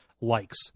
likes